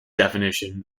definition